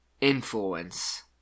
influence